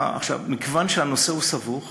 מכיוון שהנושא סבוך,